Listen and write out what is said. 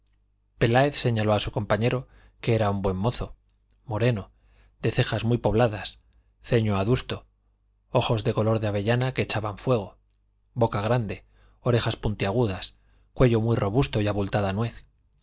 peláez señaló a su compañero que era un buen mozo moreno de cejas muy pobladas ceño adusto ojos de color de avellana que echaban fuego boca grande orejas puntiagudas cuello muy robusto y abultada nuez